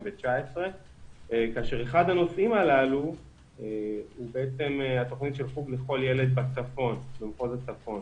2019. אחד הנושאים הללו הוא התוכנית של חוג לכל ילד במחוז הצפון.